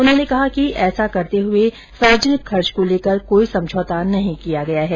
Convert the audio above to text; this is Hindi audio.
उन्होंने कहा कि ऐसा करते हुए सार्वजनिक खर्च को लेकर कोई समझौता नहीं किया गया है